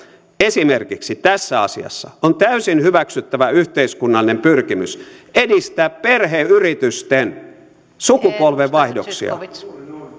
esimerkiksi tässä asiassa on täysin hyväksyttävä yhteiskunnallinen pyrkimys edistää perheyritysten sukupolvenvaihdoksia